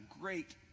great